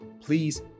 Please